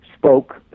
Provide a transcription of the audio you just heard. spoke